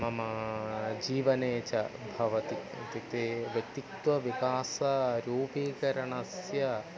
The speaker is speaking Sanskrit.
मम जीवने च भवति इत्युक्ते व्यक्तित्व विकासरूपीकरणस्य